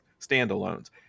standalones